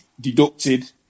deducted